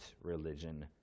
religion